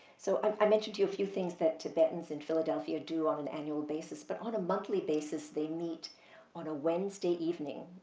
so, i mentioned to you a few things that tibetans in philadelphia do on an annual basis, but on a monthly basis, they meet on a wednesday evening